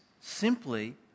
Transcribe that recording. simply